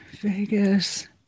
Vegas